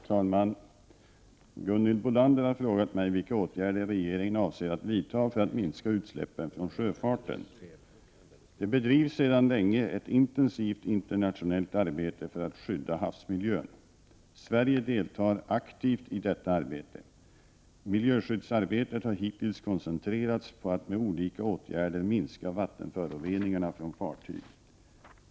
Herr talman! Gunhild Bolander har frågat mig vilka åtgärder regeringen avser att vidta för att minska utsläppen från sjöfarten. Det bedrivs sedan länge ett intensivt internationellt arbete för att skydda havsmiljön. Sverige deltar aktivt i detta arbete. Miljöskyddsarbetet har hittills koncentrerats på att med olika åtgärder minska vattenföroreningarna från fartyg.